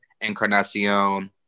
Encarnacion